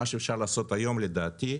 מה שאפשר לעשות היום לדעתי,